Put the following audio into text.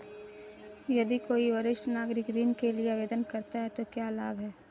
यदि कोई वरिष्ठ नागरिक ऋण के लिए आवेदन करता है तो क्या लाभ हैं?